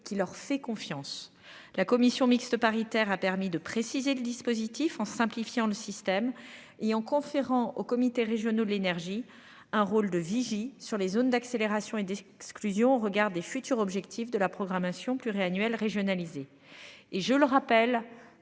qui leur fait confiance. La commission mixte paritaire a permis de préciser le dispositif en simplifiant le système et en conférant aux comités régionaux de l'énergie, un rôle de vigie sur les zones d'accélération et d'exclusion au regard des futurs objectifs de la programmation pluriannuelle régionalisée et je le rappelle,